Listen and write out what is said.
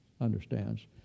understands